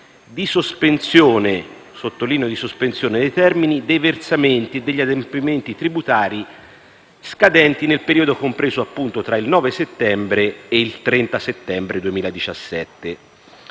di sospensione - dei termini dei versamenti e degli adempimenti tributari scadenti nel periodo compreso, appunto, tra il 9 settembre e il 30 settembre 2017.